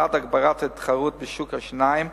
בעד הגברת התחרות בשוק רפואת השיניים,